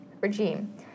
regime